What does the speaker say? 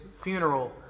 funeral